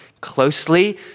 closely